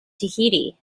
tahiti